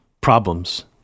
problems